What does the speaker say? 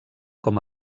com